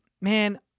man